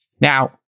Now